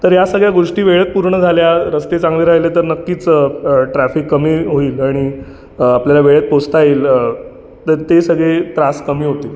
तर या सगळ्या गोष्टी वेळेत पूर्ण झाल्या रस्ते चांगले राहिले तर नक्कीच ट्रॅफिक कमी होईल आणि आपल्याला वेळेत पोचता येईल तर ते सगळे त्रास कमी होतील